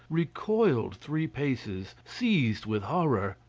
recoiled three paces, seized with horror,